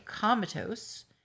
comatose